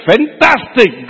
Fantastic